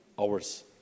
hours